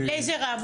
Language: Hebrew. אליעזר רוזנבאום,